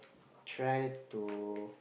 try to